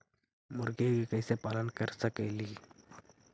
मुर्गि के कैसे पालन कर सकेली?